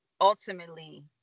ultimately